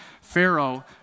Pharaoh